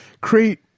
create